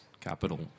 capital